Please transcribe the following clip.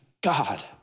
God